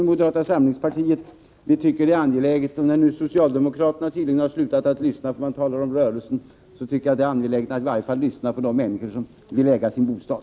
I moderata samlingspartiet tycker vi att det är angeläget — när nu socialdemokraterna tydligen har slutat att lyssna och enbart talar om rörelsen — att i varje fall lyssna på vad de människor säger som vill äga sin bostad.